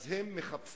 אז הם מחפשים,